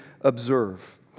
observe